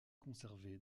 conservé